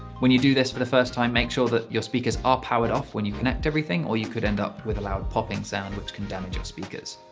when you do this for the first time, make sure that your speakers are powered off when you connect everything, or you could end up with a loud popping sound, which can damage your speakers.